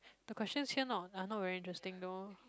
the questions here not are not very interesting though